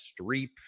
Streep